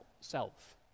self